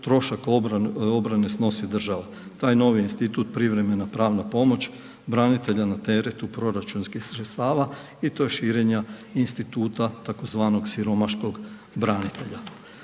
trošak obrane snosi država. Taj novi institut privremena pravna pomoć branitelja na teretu proračunskih sredstava i to je širenja instituta tzv. siromašnog branitelja.